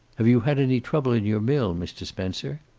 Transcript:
have you had any trouble in your mill, mr. spencer?